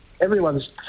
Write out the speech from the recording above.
everyone's